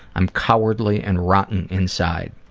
i'm cowardly and rotten inside.